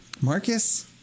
Marcus